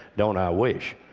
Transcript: don't i wish.